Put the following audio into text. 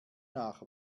nach